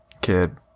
kid